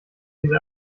diese